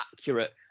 accurate